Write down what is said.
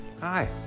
Hi